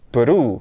Peru